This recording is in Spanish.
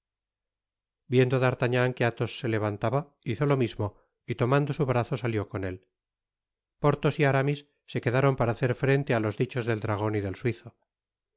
viendo d'artagnan que athos se levantaba hizo lo mismo y tomando su brazo salió con él porthos y aramis se quedaron para hacer frente á los dichos del dragon y del suizo